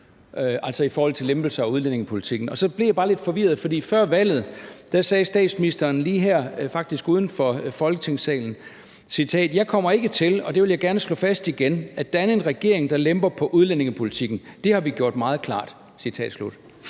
altså i forhold til lempelser af udlændingepolitikken. Så blev jeg bare lidt forvirret, fordi før valget sagde statsministeren, faktisk lige her uden for Folketingssalen: »For jeg kommer ikke til, og det vil jeg gerne slå fast igen, at danne en regering, der lemper på udlændingepolitikken. Det har vi gjort meget klart«. Så tænker